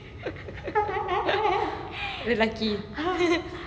lelaki